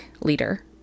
leader